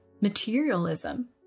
materialism